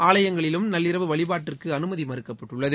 ஆலயங்களிலும் நள்ளிரவு வழிபாட்டிற்கு அனுமதி மறுக்கப்பட்டுள்ளது